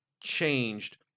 changed